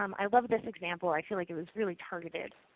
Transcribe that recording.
um i love this example. i feel like it was really targeted.